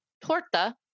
torta